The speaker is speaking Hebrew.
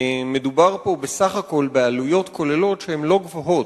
מדובר פה בסך הכול בעלויות כוללות שהן לא גבוהות.